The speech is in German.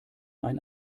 ein